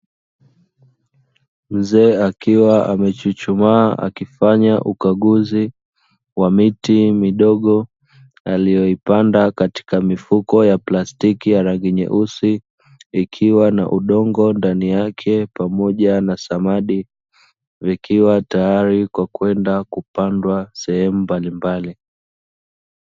Mzee akiwa amechuchumaa akifanya ukaguzi wa miti midogo alio ipanda katika mifuko ya plastiki ya rangi nyeusi, ikiwa na udongo ndani yake pamoja na samadi vikiwa tayari kwa kwenda kupandwa sehemu mbali mbali.